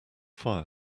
fire